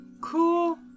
Cool